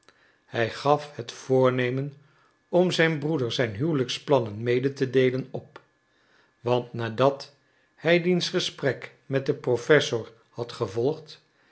hij gaf het voornemen om zijn broeder zijn huwelijksplannen mede te deelen op want nadat hij diens gesprek met den professor had gevolgd